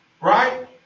Right